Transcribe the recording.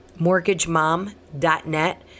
mortgagemom.net